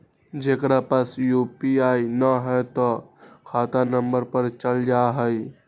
जेकरा पास यू.पी.आई न है त खाता नं पर चल जाह ई?